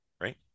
Right